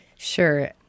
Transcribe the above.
Sure